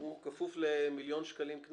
הוא כפוף ל-1.20 מיליון?